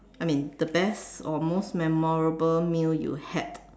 I mean the best or most memorable meal you had